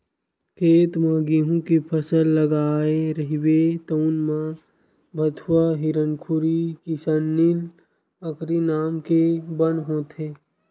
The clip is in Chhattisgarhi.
खेत म गहूँ के फसल लगाए रहिबे तउन म भथुवा, हिरनखुरी, किसननील, अकरी नांव के बन होथे